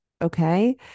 okay